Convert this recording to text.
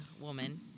woman